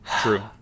True